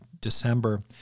December